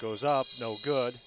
goes up so good